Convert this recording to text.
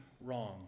wrong